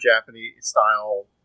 Japanese-style